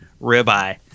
ribeye